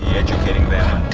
educating them?